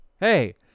hey